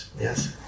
Yes